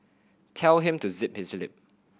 tell him to zip his lip